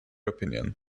opinion